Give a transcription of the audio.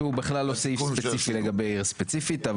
שהוא בכלל לא סעיף ספציפי לגבי עיר ספציפית.